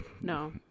No